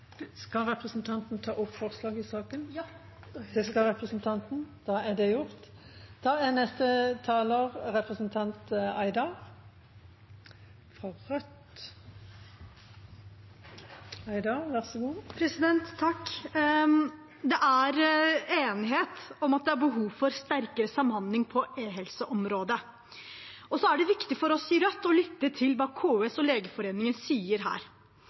Skal representanten ta opp forslag i saken? Ja. Representanten Marian Hussein har tatt opp det forslaget hun refererte til. Det er enighet om at det er behov for sterkere samhandling på e-helseområdet. Det er viktig for oss i Rødt å lytte til hva KS og Legeforeningen sier her.